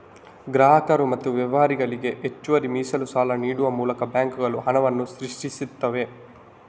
ಗ್ರಾಹಕರು ಮತ್ತು ವ್ಯವಹಾರಗಳಿಗೆ ಹೆಚ್ಚುವರಿ ಮೀಸಲು ಸಾಲ ನೀಡುವ ಮೂಲಕ ಬ್ಯಾಂಕುಗಳು ಹಣವನ್ನ ಸೃಷ್ಟಿಸ್ತವೆ